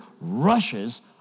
rushes